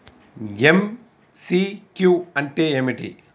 MCQ అంటే ఏమిటి?